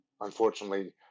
unfortunately